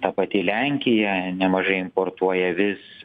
ta pati lenkija nemažai importuoja vis